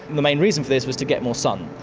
the main reason for this was to get more sun,